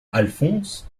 alphonse